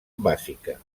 bàsica